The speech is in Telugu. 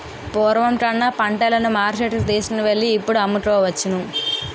పూర్వం కన్నా పంటలను మార్కెట్టుకు తీసుకువెళ్ళి ఇప్పుడు అమ్ముకోవచ్చును